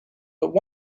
but